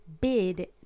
bid